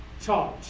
charge